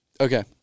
Okay